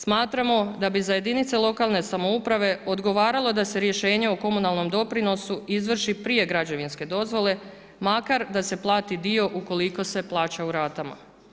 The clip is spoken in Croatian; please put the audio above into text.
Smatramo da bi za jedinice lokalne samouprave odgovaralo da se rješenja o komunalnom doprinosu izvrši prije građevinske dozvole makar da se plati dio ukoliko se plaća u ratama.